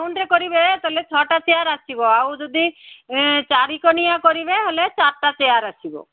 round ରେ କରିବେ ତାହେଲେ ଛଅ ଟା ଚେୟାର୍ ଆସିବ ଆଉ ଯଦି ଚାରି କଣିଆ କରିବେ ହେଲେ ଚାରିଟା ଚେୟାର୍ ଆସିବ